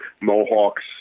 mohawks